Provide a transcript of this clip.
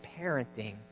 parenting